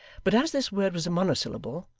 but as this word was a monosyllable,